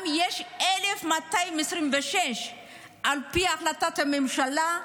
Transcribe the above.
יש גם 1,226 שממתינים על פי החלטת הממשלה.